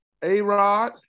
Arod